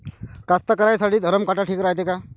कास्तकाराइसाठी धरम काटा ठीक रायते का?